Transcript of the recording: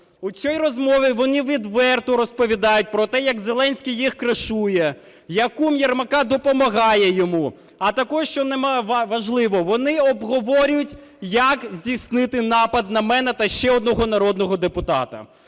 У цій розмові вони відверто розповідають про те, як Зеленський їх "кришує", як кум Єрмака допомагає йому, а також, що важливо, вони обговорюють, як здійснити напад на мене та ще одного народного депутата.